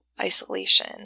isolation